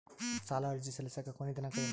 ಸಾಲ ಅರ್ಜಿ ಸಲ್ಲಿಸಲಿಕ ಕೊನಿ ದಿನಾಂಕ ಏನು?